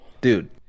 dude